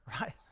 right